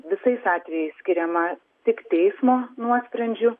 visais atvejais skiriama tik teismo nuosprendžiu